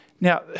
Now